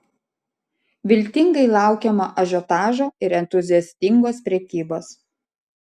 viltingai laukiama ažiotažo ir entuziastingos prekybos